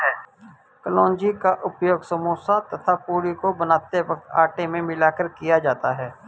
कलौंजी का उपयोग समोसा तथा पूरी को बनाते वक्त आटे में मिलाकर किया जाता है